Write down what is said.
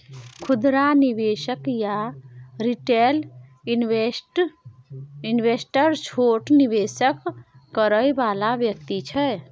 खुदरा निवेशक या रिटेल इन्वेस्टर छोट निवेश करइ वाला व्यक्ति छै